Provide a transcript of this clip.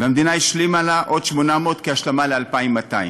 והמדינה השלימה לה עוד 800 כהשלמה ל-2,200,